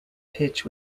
pitch